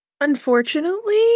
Unfortunately